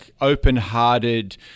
open-hearted